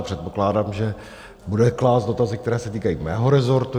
Předpokládám, že bude klást dotazy, které se týkají mého resortu.